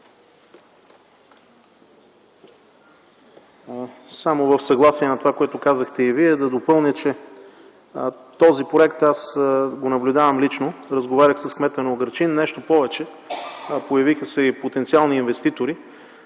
Само в съгласие с това, което казахте и Вие, да допълня, че този проект аз го наблюдавам лично – разговарях с кмета на Угърчин. Нещо повече, появиха се и потенциални инвеститори.